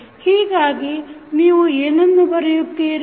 ಹೀಗಾಗಿ ನೀವು ಏನನ್ನು ಬರೆಯುತ್ತೀರಿ